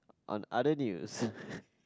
on other news